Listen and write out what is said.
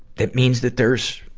that means that there's,